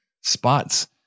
spots